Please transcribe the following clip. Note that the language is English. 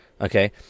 okay